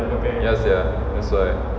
ya sia that's why